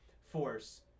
force